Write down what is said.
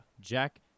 Jack